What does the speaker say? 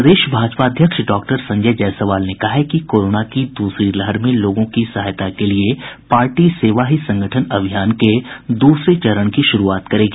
प्रदेश भाजपा अध्यक्ष डॉक्टर संजय जायसवाल ने कहा कि कोरोना की दूसरी लहर में लोगों की सहायता के लिए पार्टी सेवा ही संगठन अभियान के दूसरे चरण की शुरुआत करेगी